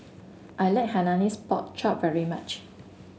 I like Hainanese Pork Chop very much